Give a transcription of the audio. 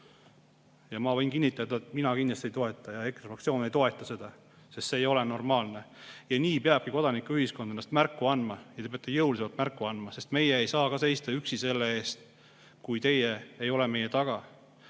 Ma võin kinnitada, et mina kindlasti ei toeta ja EKRE fraktsioon ei toeta seda, sest see ei ole normaalne. Just nii peabki kodanikuühiskond endast märku andma ja te peate jõulisemalt märku andma, sest meie ei saa seista üksi selle eest, kui teie ei ole meie taga.